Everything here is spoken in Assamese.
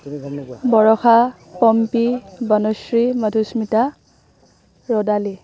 বৰষা পম্পী বনশ্ৰী মধুস্মিতা ৰ'দালি